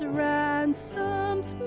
ransomed